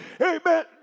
Amen